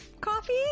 coffee